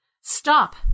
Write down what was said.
Stop